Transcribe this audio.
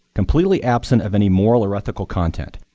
completely absent of any moral or ethical content.